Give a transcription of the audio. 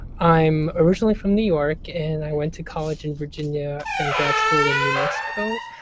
i'm originally from new york and i went to college in virginia and grad school in new mexico.